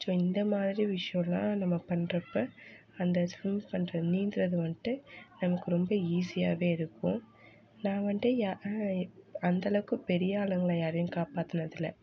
so இந்தமாதிரி விஷயலாம் நம்ம பண்ணுறப்ப அந்த ஸ்விம் பண்ற நீந்துகிறது வந்துட்டு நமக்கு ரொம்ப ஈஸியாகவே இருக்கும் நான் வந்துட்டு யாரை அந்தளவுக்கு பெரிய ஆளுங்களை யாரையும் காப்பாற்றினது இல்லை